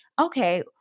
Okay